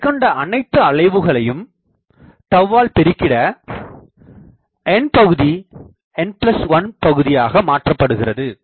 மேற்கொண்ட அனைத்து அளவுகளையும் ஆல் பெருகிட n பகுதி n1 ஆக மாற்றப்படுகிறது